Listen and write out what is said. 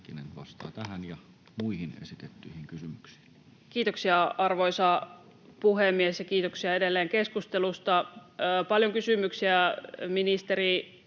Kiitos,